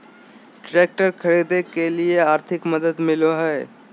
Tractor खरीदे के लिए आर्थिक मदद मिलो है?